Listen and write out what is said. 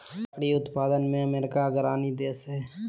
लकड़ी उत्पादन में अमेरिका अग्रणी देश हइ